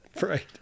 Right